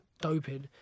doping